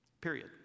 Period